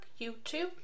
YouTube